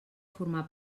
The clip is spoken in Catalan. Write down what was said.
formar